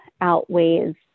outweighs